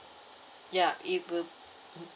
ya it would